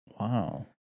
Wow